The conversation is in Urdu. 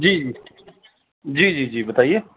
جی جی جی جی جی بتائیے